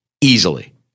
Easily